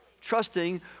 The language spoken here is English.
Trusting